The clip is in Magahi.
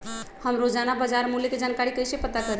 हम रोजाना बाजार मूल्य के जानकारी कईसे पता करी?